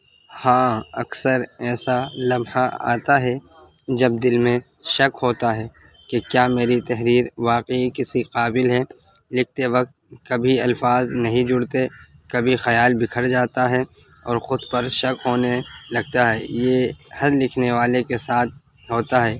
ہاں اکثر ایسا لمحہ آتا ہے جب دل میں شک ہوتا ہے کہ کیا میری تحریر واقعی کسی قابل ہے لکھتے وقت کبھی الفاظ نہیں جڑتے کبھی خیال بکھر جاتا ہے اور خود پر شک ہونے لگتا ہے یہ ہر لکھنے والے کے ساتھ ہوتا ہے